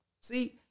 See